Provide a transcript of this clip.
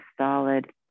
solid